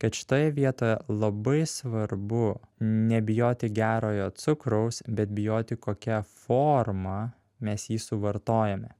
kad šitoje vietoje labai svarbu nebijoti gerojo cukraus bet bijoti kokia forma mes jį suvartojame